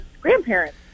grandparents